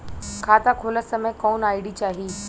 खाता खोलत समय कौन आई.डी चाही?